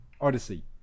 odyssey